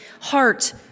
heart